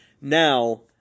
Now